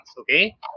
okay